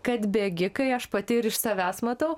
kad bėgikai aš pati ir iš savęs matau